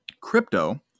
Crypto